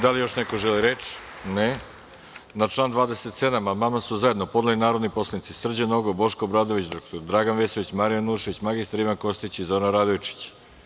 Da li još neko želi reč? (Ne.) Na član 27. amandman su zajedno podneli narodni poslanici Srđan Nogo, Boško Obradović, dr Dragan Vesović, Marija Janjušević, mr Ivan Kostić i Zoran Radojčić.